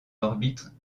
orbite